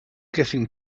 getting